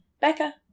Becca